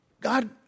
God